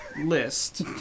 list